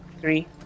three